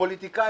הפוליטיקאים,